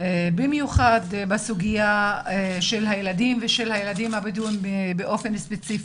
במיוחד בסוגיה של הילדים ושל הילדים הבדואים באופן ספציפי.